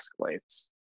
escalates